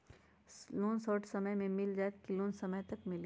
Loan short समय मे मिल जाएत कि लोन समय तक मिली?